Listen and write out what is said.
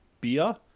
beer